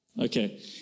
Okay